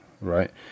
right